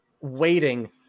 waiting